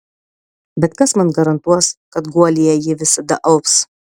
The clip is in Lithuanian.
bet kas man garantuos kad guolyje ji visada alps